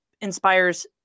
inspires